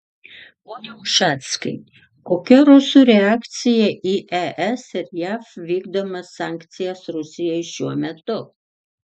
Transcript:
pone ušackai kokia rusų reakcija į es ir jav vykdomas sankcijas rusijai šiuo metu